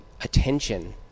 attention